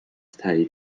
تأیید